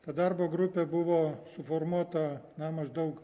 ta darbo grupė buvo suformuota na maždaug